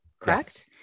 correct